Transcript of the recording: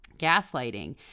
gaslighting